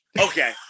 Okay